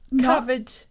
covered